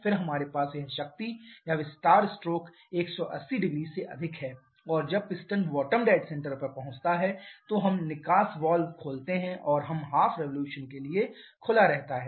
फिर हमारे पास यह शक्ति या विस्तार स्ट्रोक 1800 से अधिक है और जब पिस्टन बॉटम डैड सेंटर पर पहुंचता है तो हम निकास वाल्व खोलते हैं और यह हाफ रिवॉल्यूशन के लिए खुला रहता है